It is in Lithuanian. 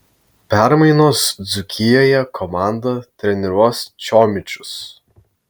permainos dzūkijoje komandą treniruos chomičius